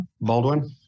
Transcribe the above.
Baldwin